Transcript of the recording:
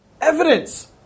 Evidence